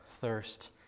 thirst